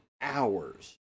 hours